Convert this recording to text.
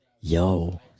yo